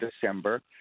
December